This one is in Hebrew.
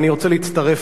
אני רוצה להצטרף